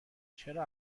چرا